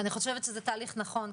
אני חושבת שזה תהליך נכון.